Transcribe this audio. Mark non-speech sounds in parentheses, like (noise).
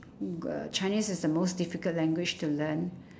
(noise) chinese is the most difficult language to learn